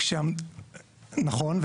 נכון,